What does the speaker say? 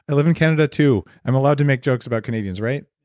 and live in canada, too. i'm allowed to make jokes about canadians, right?